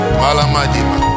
malamadima